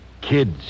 kids